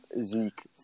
Zeke